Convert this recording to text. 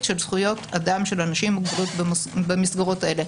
של זכויות אדם של אנשים עם מוגבלות במסגרות האלה.